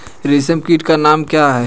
रेशम कीट का नाम क्या है?